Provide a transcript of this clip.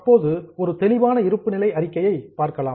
அப்போது ஒரு தெளிவான இருப்பு நிலை அறிக்கையை பார்க்கலாம்